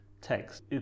text